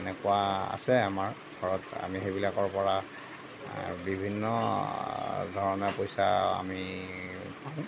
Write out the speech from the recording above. এনেকুৱা আছে আমাৰ ঘৰত আমি সেইবিলাকৰপৰা বিভিন্ন ধৰণে পইচা আমি পাওঁ